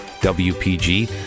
W-P-G